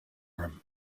room